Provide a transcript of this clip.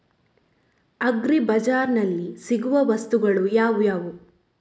Agri ಬಜಾರ್ನಲ್ಲಿ ಸಿಗುವ ವಸ್ತುಗಳು ಯಾವುವು?